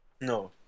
No